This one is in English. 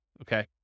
okay